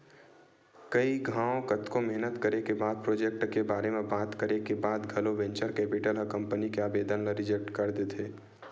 कई घांव कतको मेहनत करे के बाद प्रोजेक्ट के बारे म बात करे के बाद घलो वेंचर कैपिटल ह कंपनी के आबेदन ल रिजेक्ट कर देथे